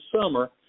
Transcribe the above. summer